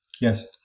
Yes